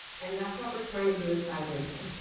and that's what we are trying to do inside of intel.